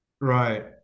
Right